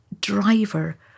driver